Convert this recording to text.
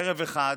ערב אחד,